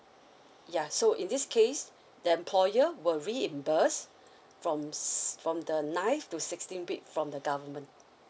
ya so in this case the employer will reimburse from si~ from the ninth to sixteenth week from the government